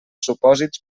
supòsits